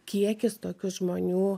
kiekis tokių žmonių